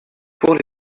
pour